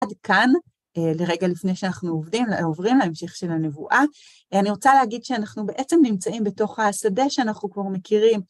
עד כאן, רגע לפני שאנחנו עוברים להמשך של הנבואה, אני רוצה להגיד שאנחנו בעצם נמצאים בתוך השדה שאנחנו כבר מכירים.